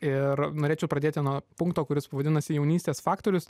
ir norėčiau pradėti nuo punkto kuris vadinasi jaunystės faktorius